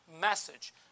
message